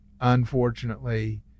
unfortunately